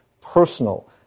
personal